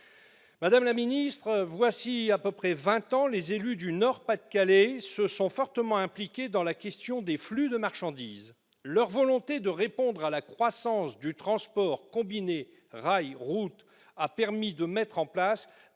Madame la secrétaire d'État, voilà vingt ans environ, les élus du Nord et du Pas-de-Calais se sont fortement impliqués dans la question des flux de marchandises. Leur volonté de répondre à la croissance du transport combiné rail-route a permis de mettre en place